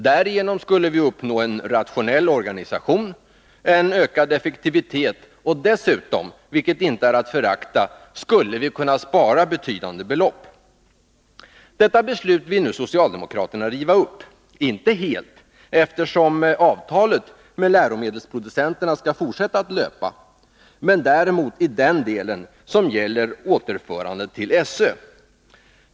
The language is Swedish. Därigenom skulle vi uppnå en rationell organisation, en ökad effektivitet och dessutom, vilket inte är att förakta, kunna spara betydande belopp. Detta beslut vill nu socialdemokraterna riva upp, inte helt — eftersom avtalet med läromedelsproducenterna skall fortsätta att löpa — men i den del som gäller återförande till SÖ.